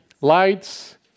Lights